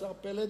השר פלד,